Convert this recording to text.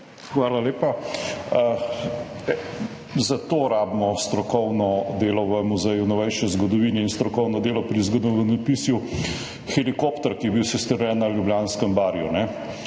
Hvala lepa. Zato rabimo strokovno delo v Muzeju novejše zgodovine in strokovno delo pri zgodovinopisju. Helikopter, ki je bil sestreljen na Ljubljanskem barju.